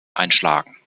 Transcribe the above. einschlagen